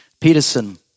Peterson